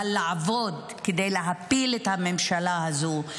אבל לעבוד כדי להפיל את הממשלה הזאת,